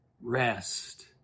rest